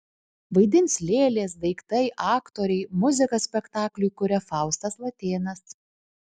vaidins lėlės daiktai aktoriai muziką spektakliui kuria faustas latėnas